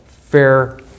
fair